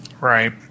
Right